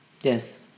Yes